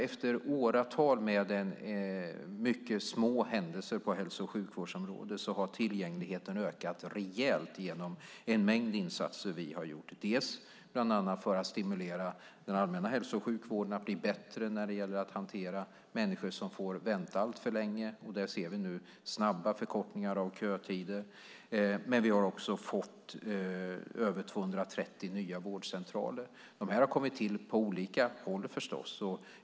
Efter åratal med mycket små händelser på hälso och sjukvårdsområdet har tillgängligheten ökat rejält genom en mängd insatser som vi har gjort, bland annat för att stimulera den allmänna hälso och sjukvården att bli bättre när det gäller att hantera människor som får vänta alltför länge. Där ser vi nu snabba förkortningar av kötider. Men vi har också fått över 230 nya vårdcentraler. De har kommit till på olika håll, förstås.